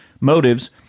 motives